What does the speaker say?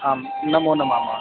आं नमोनमः महोदय